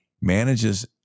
manages